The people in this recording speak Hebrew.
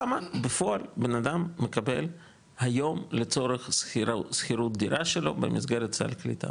כמה בפועל בן אדם מקבל היום לצורך שכירות דירה שלו במסגרת סל קליטה,